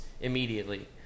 immediately